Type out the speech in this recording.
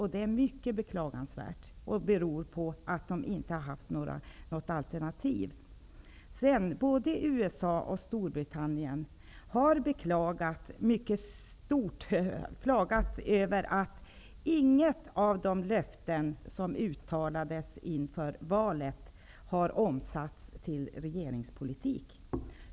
Det är mycket beklagansvärt. Det beror på att det inte har funnits något alternativ. Både USA och Storbritannien har klagat över att inget av de löften som uttalades inför valet har omsatts till regeringspolitik.